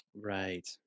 right